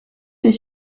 ses